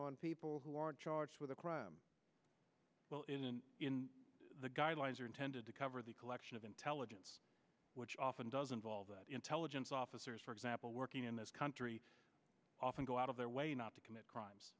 on people who are charged with a crime well it isn't in the guidelines are intended to cover the collection of intelligence which often doesn't solve intelligence officers for example working in this country often go out of their way not to commit crimes